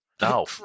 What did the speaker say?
No